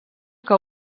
que